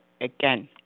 again